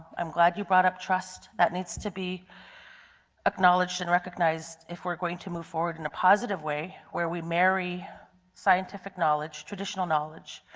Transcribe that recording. i am glad you brought up trust, that needs to be acknowledged and recognized if we are going to move forward in a positive way, where we marry scientific knowledge, traditional knowledge,